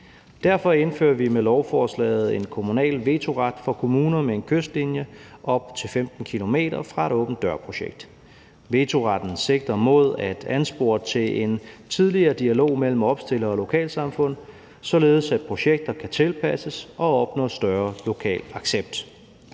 Derfor indfører vi med lovforslaget en kommunal vetoret for kommuner med en kystlinje op til 15 km fra et åben dør-projekt. Vetoretten sigter mod at anspore til en tidligere dialog mellem opstillere og lokalsamfund, således at projekter kan tilpasses og opnå større lokal accept.